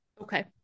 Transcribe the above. Okay